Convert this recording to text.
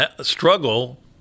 Struggle